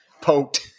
poked